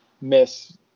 miss